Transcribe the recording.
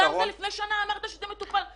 לפני שנה אמרת שזה מטופל.